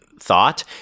thought